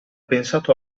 pensato